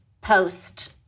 post